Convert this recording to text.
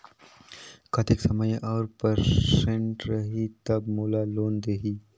कतेक समय और परसेंट रही तब मोला लोन देही?